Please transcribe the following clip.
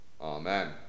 Amen